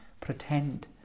pretend